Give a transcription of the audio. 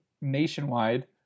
nationwide